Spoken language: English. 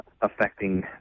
affecting